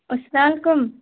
السلام علیکم